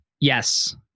yes